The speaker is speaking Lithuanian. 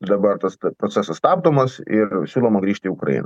dabar tas procesas stabdomas ir siūloma grįžt į ukrainą